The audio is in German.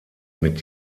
mit